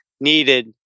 needed